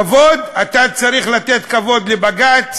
כבוד, אתה צריך לתת כבוד לבג"ץ,